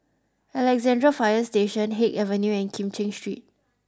Alexandra Fire Station Haig Avenue and Kim Cheng Street